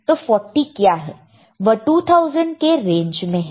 तो 40 क्या है वह 2000 के रेंज में है